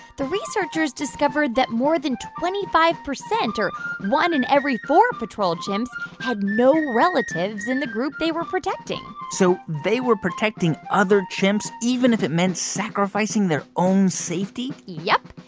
the researchers discovered that more than twenty five percent or one in in every four patrol chimps had no relatives in the group they were protecting so they were protecting other chimps, even if it meant sacrificing their own safety? yep.